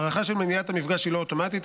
ההארכה של מניעת המפגש היא לא אוטומטית.